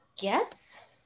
yes